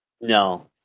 No